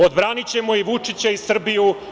Odbranićemo i Vučića i Srbiju.